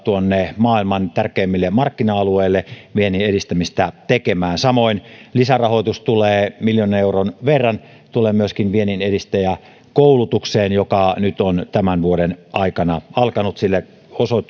maailman tärkeimmille markkina alueille vienninedistämistä tekemään samoin lisärahoitusta tulee miljoonan euron verran vienninedistäjäkoulutukseen joka nyt on tämän vuoden aikana alkanut sillä myöskin